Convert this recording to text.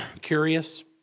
Curious